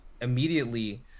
immediately